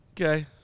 Okay